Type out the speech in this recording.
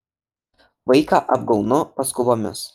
vaiką apaunu paskubomis